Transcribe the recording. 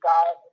God